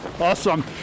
Awesome